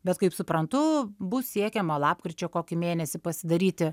bet kaip suprantu bus siekiama lapkričio kokį mėnesį pasidaryti